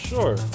Sure